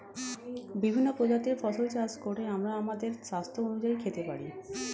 বিভিন্ন প্রজাতির ফসল চাষ করে আমরা আমাদের স্বাস্থ্য অনুযায়ী খেতে পারি